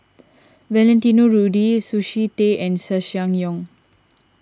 Valentino Rudy Sushi Tei and Ssangyong